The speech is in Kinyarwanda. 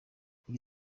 iyi